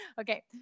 Okay